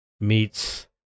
meets